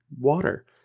water